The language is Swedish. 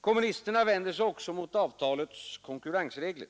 Kommunisterna vänder sig också mot avtalets konkurrensregler.